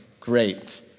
great